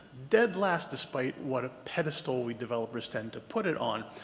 dead last despite what a pedestal we developers tend to put it on.